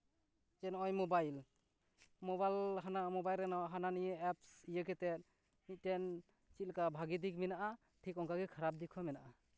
ᱡᱮ ᱱᱚᱜ ᱚᱭ ᱢᱳᱵᱟᱭᱤᱞ ᱢᱳᱵᱟᱭᱤᱞ ᱨᱮ ᱢᱳᱵᱟᱭᱤᱞ ᱨᱮ ᱦᱟᱱᱟ ᱱᱤᱭᱟᱹ ᱮᱯᱥ ᱤᱭᱟᱹ ᱠᱟᱛᱮᱫ ᱢᱤᱫᱴᱮᱱ ᱪᱮᱫ ᱞᱮᱠᱟ ᱵᱷᱟᱜᱮ ᱫᱤᱠ ᱢᱮᱱᱟᱜᱼᱟ ᱴᱷᱤᱠ ᱚᱱᱠᱟᱜᱮ ᱠᱷᱟᱨᱟᱯ ᱫᱤᱠ ᱦᱚᱸ ᱢᱮᱱᱟᱜᱼᱟ